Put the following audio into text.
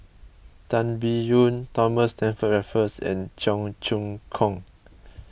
Tan Biyun Thomas Stamford Raffles and Cheong Choong Kong